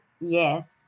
Yes